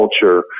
culture